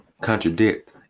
contradict